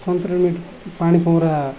ସନ୍ତରଣ ପାଣି ପରା